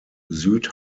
süd